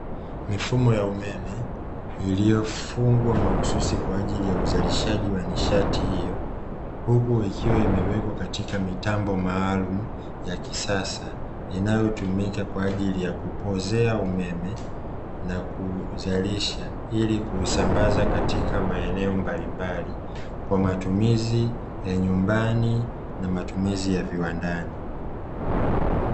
Mifumo ya umeme iliyofungwa mahususi kwa ajili ya uzalishaji wa nishati hiyo. Huku ikiwa imewekwa katika mitambo maalum ya kisasa, inayotumika kwa ajili ya kupoozea umeme na kuzalisha, ili kuisambaza katika maeneo mbalimbali. Kwa matumizi ya nyumbani na matumizi ya viwandani.